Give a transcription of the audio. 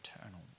eternal